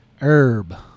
herb